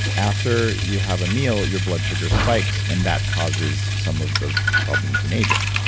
after you have a meal, your blood sugar spikes and that causes some of the problems in aging.